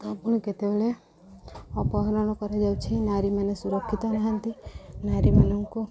ତ ପୁଣି କେତେବେଳେ ଅପହରଣ କରାଯାଉଛି ନାରୀମାନେ ସୁରକ୍ଷିତ ନାହାନ୍ତି ନାରୀମାନଙ୍କୁ